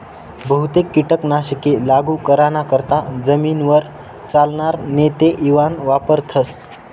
बहुतेक कीटक नाशके लागू कराना करता जमीनवर चालनार नेते इवान वापरथस